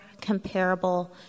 comparable